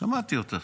שמעתי אותך.